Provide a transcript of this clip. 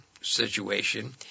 situation